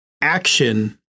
action